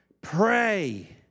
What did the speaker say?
Pray